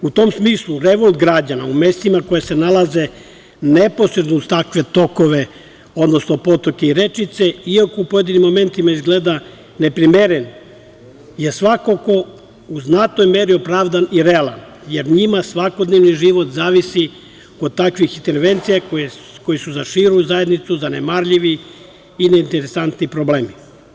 U tom smislu revolt građana u mestima koja se nalaze neposredno uz takve tokove, odnosno potoke i rečice, iako u pojedinim elementima izgleda neprimeren, je svakako u znatnoj meri opravdan i realan, jer njima svakodnevni život zavisi od takvih intervencija koje su za širu zajednicu zanemarljivi i neinteresantni problemi.